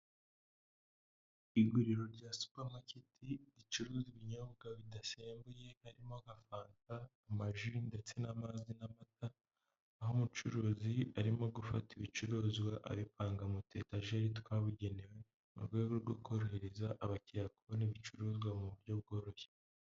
Iguriro rya supamaketi ricuruza ibinyobwa bidasembuye harimo nka fanta, amaji ndetse n'amazi n'amata, aho umucuruzi arimo gufata ibicuruzwa abipanga mu utu etajeri twabugenewe mu rwego rwo korohereza abakiriya kubona ibicuruzwa mu buryo bworoshye.